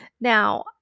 Now